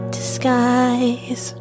disguise